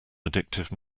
addictive